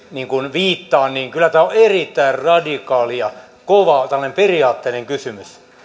viittaan niin kyllä tämä on erittäin radikaalia kovaa tämmöinen periaatteellinen kysymys